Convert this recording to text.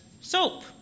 soap